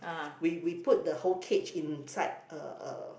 we we put the whole cage inside uh